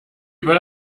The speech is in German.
über